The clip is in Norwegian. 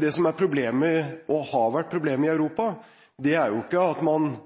Det som er problemet, og som har vært problemet i Europa, er ikke at man